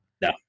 No